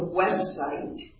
website